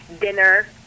dinner